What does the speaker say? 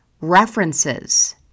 references